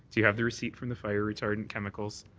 do you have the receipt from the fire retardant chemicals?